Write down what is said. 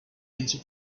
into